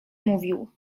mówił